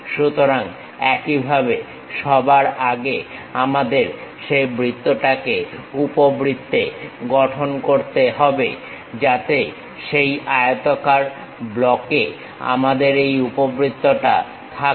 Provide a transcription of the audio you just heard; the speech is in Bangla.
সুতরাং একইভাবে সবার আগে আমাদের সেই বৃত্তটাকে উপবৃত্তে গঠন করতে হবে যাতে সেই আয়তাকার ব্লকে আমাদের এই উপবৃত্তটা থাকে